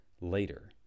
later